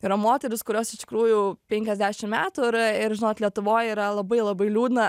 yra moterys kurios iš tikrųjų penkiasdešim metų yra ir žinot lietuvoj yra labai labai liūdna